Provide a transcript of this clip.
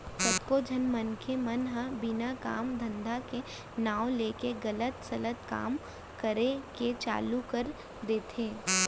कतको झन मनसे मन ह बिना काम धंधा के नांव लेके गलत सलत काम करे के चालू कर देथे